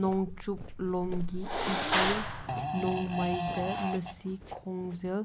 ꯅꯣꯡꯆꯨꯞꯂꯣꯝꯒꯤ ꯏꯁꯩ ꯅꯣꯡꯃꯥꯏꯗ ꯃꯁꯤ ꯈꯣꯡꯖꯦꯜ